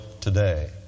today